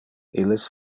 illes